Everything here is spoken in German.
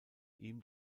ihm